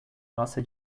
nossa